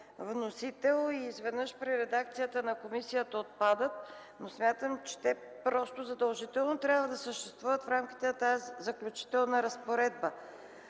вносител и изведнъж при редакцията на комисията отпадат, но смятам, че те задължително трябва да съществуват в рамките на тази заключителна разпоредба.